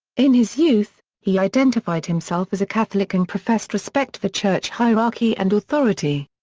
in his youth, he identified himself as a catholic and professed respect for church hierarchy and authority.